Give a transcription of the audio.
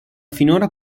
finora